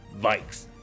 Vikes